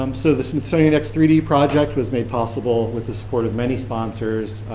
um so, the smithsonian x three d project was made possible with the support of many sponsors,